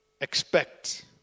Expect